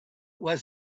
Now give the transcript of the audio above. was